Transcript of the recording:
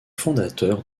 fondateurs